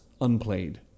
unplayed